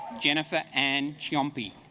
jennifer and chompy